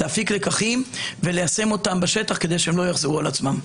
להפיק לקחים וליישם אותם בשטח כדי שהם לא יחזרו על עצמם.